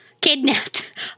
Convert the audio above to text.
kidnapped